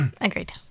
Agreed